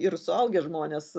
ir suaugę žmonės